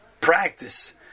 practice